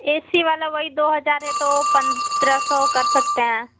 ए C वाला वही दो हज़ार है तो पन्द्रह सौ कर सकते हैं